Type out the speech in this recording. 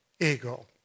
ego